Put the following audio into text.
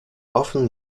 often